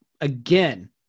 again